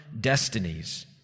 destinies